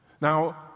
Now